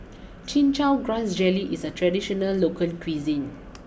Chin Chow Grass Jelly is a traditional local cuisine